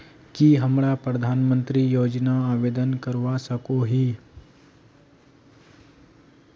की हमरा प्रधानमंत्री योजना आवेदन करवा सकोही?